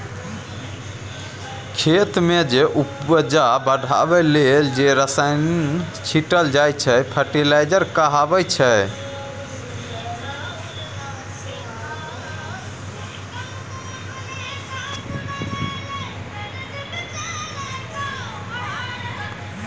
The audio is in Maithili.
खेत मे उपजा बढ़ाबै लेल जे रसायन छीटल जाइ छै फर्टिलाइजर कहाबै छै